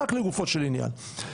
רק לגופו של עניין,